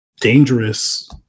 dangerous